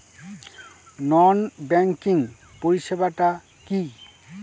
নন banking পরিষেবা টা কি?